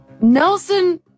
Nelson